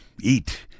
eat